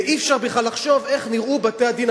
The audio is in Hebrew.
ואי-אפשר בכלל לחשוב איך נראו בתי-הדין